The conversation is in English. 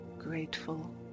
grateful